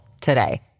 today